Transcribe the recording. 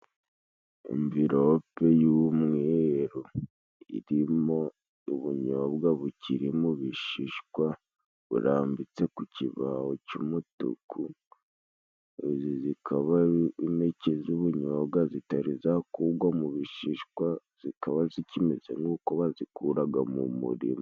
Amvirope y'umweruru irimo ubunyobwa bukiri mu bishishwa burambitse ku kibaho c'umutuku, zikaba ari impeke z'ubunyobwa zitari zakugwa mu bishishwa, zikaba zikimeze nk'uko bazikuraga mu murima.